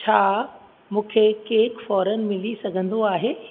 छा मूंखे केक फौरनु मिली सघंदो आहे